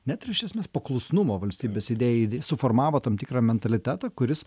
net ir iš esmės paklusnumo valstybės idėjai suformavo tam tikrą mentalitetą kuris